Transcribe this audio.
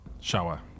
Shower